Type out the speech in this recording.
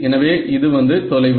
எனவே இது வந்து தொலைவு